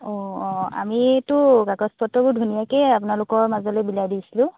অঁ অঁ আমিতো কাগজপত্ৰবোৰ ধুনীয়াকৈ আপোনালোকৰ মাজলৈ বিলাই দিছিলোঁ